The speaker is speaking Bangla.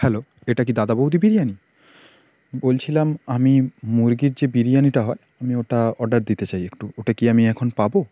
হ্যালো এটা কি দাদা বৌদি বিরিয়ানি বলছিলাম আমি মুরগির যে বিরিয়ানিটা হয় আমি ওটা অর্ডার দিতে চাই একটু ওটা কি আমি এখন পাব